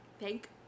Thank